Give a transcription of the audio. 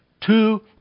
two